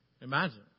Imagine